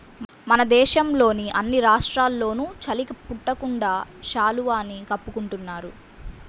మన దేశంలోని అన్ని రాష్ట్రాల్లోనూ చలి పుట్టకుండా శాలువాని కప్పుకుంటున్నారు